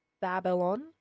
Babylon